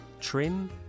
trim